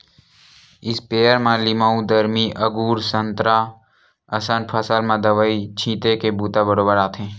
sprayer म लीमउ, दरमी, अगुर, संतरा असन फसल म दवई छिते के बूता बरोबर आथे